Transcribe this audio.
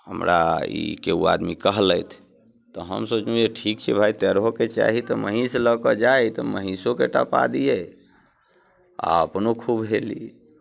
हमरा ई केओ आदमी कहलथि तऽ हम सोचलहुँ जे ठीक छै भाइ तैरैओके चाही तऽ महीष लऽ के जाय तऽ महीषोके टपा दियै आ अपनो खूब हेली